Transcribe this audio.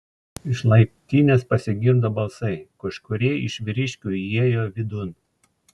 iš laiptinės pasigirdo balsai kažkurie iš vyriškių įėjo vidun